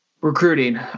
Recruiting